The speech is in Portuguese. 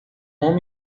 homem